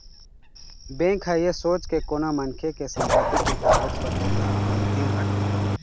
bank ह ऐ सोच के कोनो मनखे के संपत्ति के कागज पतर ल अपन तीर रखथे